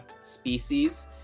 species